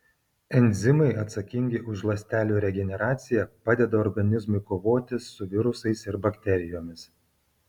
enzimai atsakingi už ląstelių regeneraciją padeda organizmui kovoti su virusais ir bakterijomis